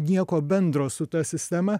nieko bendro su ta sistema